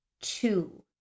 two